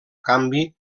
canvi